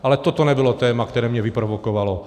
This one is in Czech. Ale toto nebylo téma, které mě vyprovokovalo.